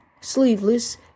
sleeveless